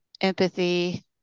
empathy